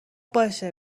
باشه